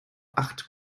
acht